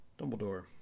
Dumbledore